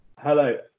Hello